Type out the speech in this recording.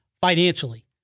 financially